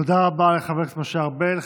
תודה רבה לחבר הכנסת משה ארבל.